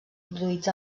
produïts